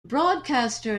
broadcaster